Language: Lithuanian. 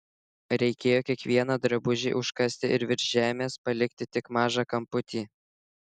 reikėjo kiekvieną drabužį užkasti ir virš žemės palikti tik mažą kamputį